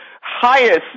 highest